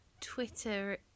Twitter